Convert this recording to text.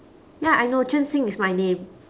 ya I know zhen xin is my name